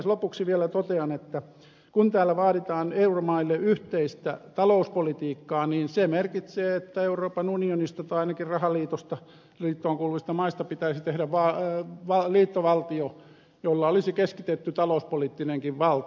lopuksi vielä totean että kun täällä vaaditaan euromaille yhteistä talouspolitiikkaa niin se merkitsee että euroopan unionista tai ainakin rahaliittoon kuuluvista maista pitäisi tehdä liittovaltio jolla olisi keskitetty talouspoliittinenkin valta